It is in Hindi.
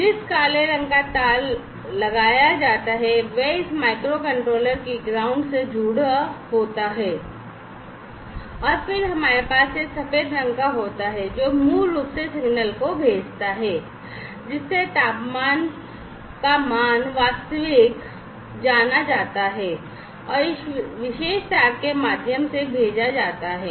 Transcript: तो जिस काले रंग का तार लगाया जाता है वह इस माइक्रोकंट्रोलर की ground से जुड़ा होता है और फिर हमारे पास यह सफेद रंग का होता है जो मूल रूप से सिग्नल को भेजता है जिससे तापमान मान वास्तविक तापमान मान जाता है और इस विशेष तार के माध्यम से भेजा जाता है